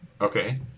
Okay